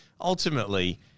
ultimately